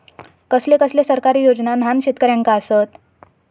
कसले कसले सरकारी योजना न्हान शेतकऱ्यांना आसत?